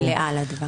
המלאה לדבר.